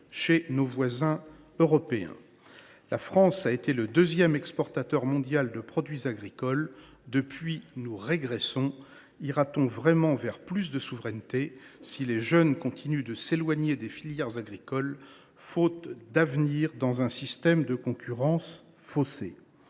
chez nos voisins européens. La France a été le deuxième exportateur mondial de produits agricoles ; depuis lors, nous régressons. Ira t on vraiment vers plus de souveraineté si les jeunes continuent de s’éloigner des filières agricoles, faute d’avenir dans un système de concurrence faussée ?